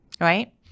right